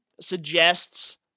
suggests